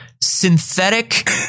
synthetic